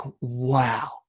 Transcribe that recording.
wow